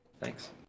thanks